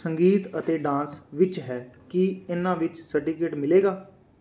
ਸੰਗੀਤ ਅਤੇ ਡਾਂਸ ਵਿੱਚ ਹੈ ਕੀ ਇਹਨਾਂ ਵਿੱਚ ਸਰਟੀਫਿਕੇਟ ਮਿਲੇਗਾ